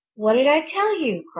what did i tell you?